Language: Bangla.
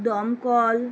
দমকল